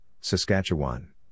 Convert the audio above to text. Saskatchewan